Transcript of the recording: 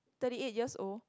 thirty eight years old